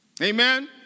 Amen